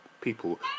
people